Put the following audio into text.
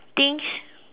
things